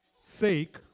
sake